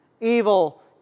evil